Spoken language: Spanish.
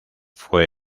fue